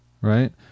right